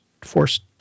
forced